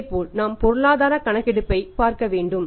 இதேபோல் நாம் பொருளாதார கணக்கெடுப்பைப் பார்க்க வேண்டும்